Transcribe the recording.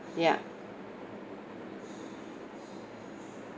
ya